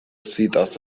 sidas